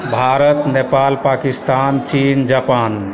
भारत नेपाल पाकिस्तान चीन जापान